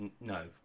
No